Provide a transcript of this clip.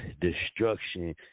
destruction